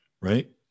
right